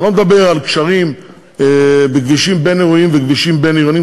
אני לא מדבר על גשרים בכבישים בין-עירוניים וכבישים בין-עירוניים,